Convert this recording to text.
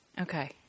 Okay